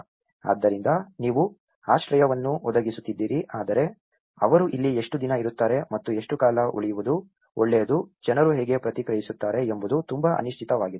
ಆದ್ದರಿಂದ ನೀವು ಆಶ್ರಯವನ್ನು ಒದಗಿಸುತ್ತಿದ್ದೀರಿ ಆದರೆ ಅವರು ಇಲ್ಲಿ ಎಷ್ಟು ದಿನ ಇರುತ್ತಾರೆ ಮತ್ತು ಎಷ್ಟು ಕಾಲ ಉಳಿಯುವುದು ಒಳ್ಳೆಯದು ಜನರು ಹೇಗೆ ಪ್ರತಿಕ್ರಿಯಿಸುತ್ತಾರೆ ಎಂಬುದು ತುಂಬಾ ಅನಿಶ್ಚಿತವಾಗಿದೆ